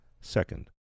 Second